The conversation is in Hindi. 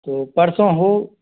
तो परसों हो